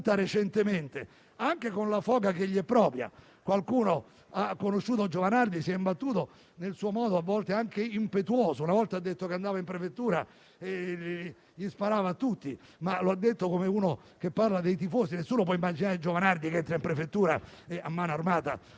parlamentari - anche con la foga che gli è propria. Qualcuno ha conosciuto Giovanardi e si è imbattuto nel suo modo, a volte anche impetuoso. Ricordo che una volta ha detto che andava in prefettura e sparava a tutti. Lo ha detto però come uno che parla a dei tifosi: nessuno può immaginare Giovanardi entrare in prefettura a mano armate